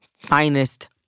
finest